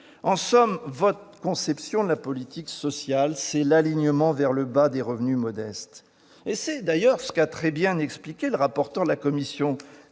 En somme, votre conception de la politique sociale, c'est l'alignement vers le bas des revenus modestes. C'est d'ailleurs ce qu'a très bien expliqué le rapporteur de la commission